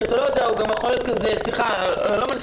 שיכול להיות גם לא נינג'ה,